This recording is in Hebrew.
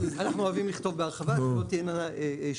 אנחנו אוהבים לכתוב בהרחבה כדי שלא יהיו שאלות.